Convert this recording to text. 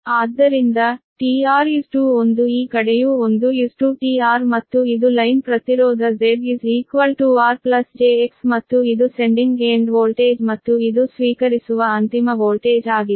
ಆದ್ದರಿಂದ tR1 ಈ ಕಡೆಯೂ 1 tR ಮತ್ತು ಇದು ಲೈನ್ ಪ್ರತಿರೋಧ Z R j X ಮತ್ತು ಇದು ಸೆನ್ಡಿಂಗ್ ಏಂಡ್ ವೋಲ್ಟೇಜ್ ಮತ್ತು ಇದು ಸ್ವೀಕರಿಸುವ ಅಂತಿಮ ವೋಲ್ಟೇಜ್ ಆಗಿದೆ